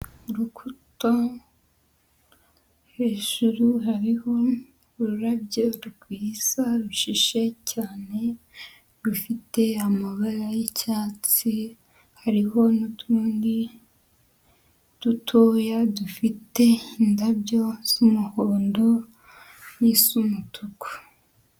Urukuta hejuru hariho ururabyo rwisa rushishe cyane rufite amabara y'icyatsi hariho n'utundi dutoya dufite indabyo z'umuhondo n'iz'umutuku.